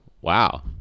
Wow